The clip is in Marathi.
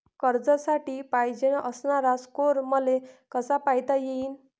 कर्जासाठी पायजेन असणारा स्कोर मले कसा पायता येईन?